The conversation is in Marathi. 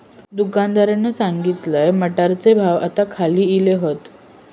दुकानदारान सांगल्यान, मटारचे भाव आता खाली इले हात